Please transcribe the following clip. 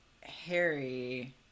Harry